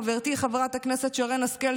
חברתי חברת הכנסת שרן השכל,